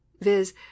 viz